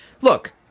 look